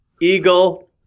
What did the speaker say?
eagle